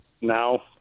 now